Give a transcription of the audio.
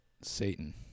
Satan